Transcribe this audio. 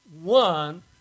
one